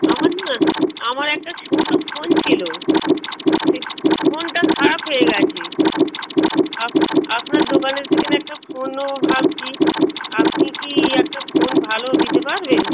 আমার না আমার একটা ছোটো ফোন ছিলো সেই ফোনটা খারাপ হয়ে গেছে আপ আপনার দোকানের থেকে একটা ফোন নেবো ভাবছি আপনি কি একটা ফোন ভালো দিতে পারবেন